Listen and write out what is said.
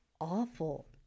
awful